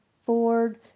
Ford